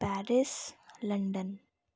Paris London